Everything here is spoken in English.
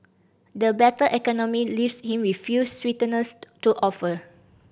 the battered economy leaves him with few sweeteners to offer